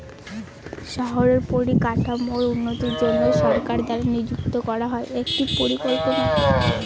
শহরের পরিকাঠামোর উন্নতির জন্য সরকার দ্বারা নিযুক্ত করা হয় একটি পরিকল্পনা